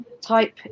type